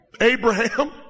Abraham